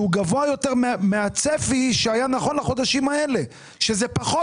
גבוה יותר מהצפי שהיה נכון לחודשים האלה שזה פחות